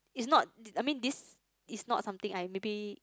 it's not th~ I mean this is not something I maybe